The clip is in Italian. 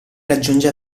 raggiunge